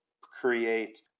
create